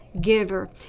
giver